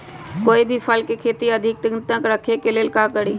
कोई भी फल के अधिक दिन तक रखे के लेल का करी?